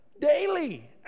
daily